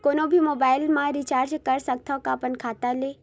कोनो भी मोबाइल मा रिचार्ज कर सकथव का अपन खाता ले?